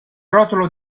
rotolo